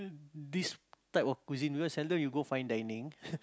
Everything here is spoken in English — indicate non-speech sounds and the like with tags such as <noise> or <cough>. this type of cuisine because seldom you go fine dining <laughs>